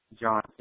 John